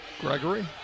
Gregory